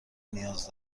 نیاز